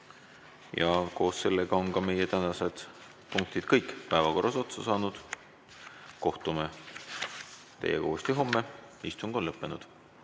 ja koos sellega on meie tänased punktid päevakorras otsa saanud. Kohtume teiega uuesti homme. Istung on lõppenud.